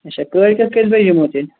اچھا کالۍکیٚتھ کٔژِ بجہِ یِمو تیٚلہِ